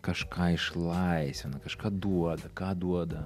kažką išlaisvina kažką duoda ką duoda